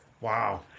Wow